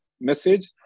message